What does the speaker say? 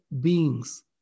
beings